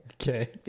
Okay